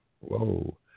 Whoa